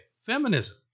Feminism